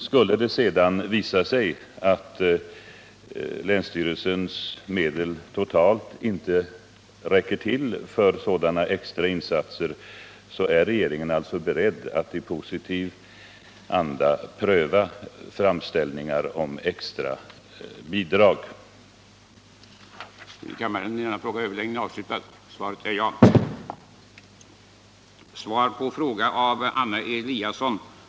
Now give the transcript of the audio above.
Skulle det emellertid visa sig att länsstyrelsens medel inte räcker till för sådana extra insatser är regeringen beredd att i positiv anda pröva framställningar om bidrag för ändamålet.